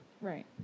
Right